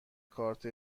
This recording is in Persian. کارت